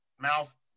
mouth